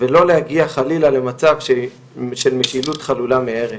ולא להגיע, חלילה, למצב של משילות חלולה מערך.